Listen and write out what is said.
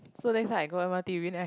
so next time I go m_r_t you win eh